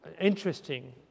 interesting